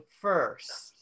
first